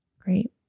Great